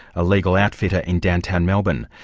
a legal outfitter in downtown melbourne,